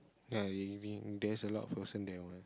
ya living there's a lot of person there one